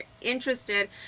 interested